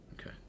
Okay